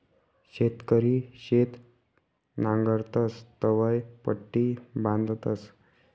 शेतकरी शेत नांगरतस तवंय पट्टी बांधतस